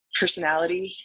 personality